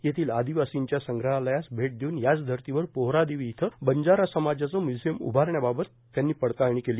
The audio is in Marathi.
येथील आदिवासींच्या संग्रहालयास भेट देऊन याच धर्तीवर पोहरादेवी इथं बंजारा समाजाचे म्युझिअम उभारण्याबाबत पडताळणी केली